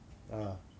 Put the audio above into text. oh